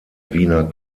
wiener